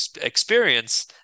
experience